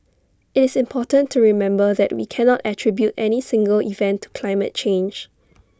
IT is important to remember that we cannot attribute any single event to climate change